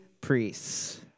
priests